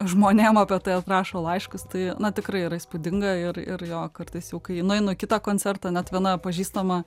žmonėm apie tai atrašo laiškus tai na tikrai yra įspūdinga ir ir jo kartais jau kai nueinu į kitą koncertą net viena pažįstama